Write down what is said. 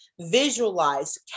visualize